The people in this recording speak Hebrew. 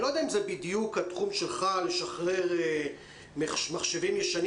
אני לא יודע אם זה בדיוק התחום שלך לשחרר מחשבים ישנים